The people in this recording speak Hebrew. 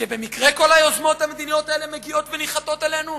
שבמקרה כל היוזמות המדיניות האלה מגיעות וניחתות עלינו?